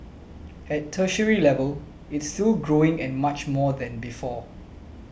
at tertiary level it's still growing and much more than before